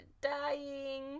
dying